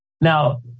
Now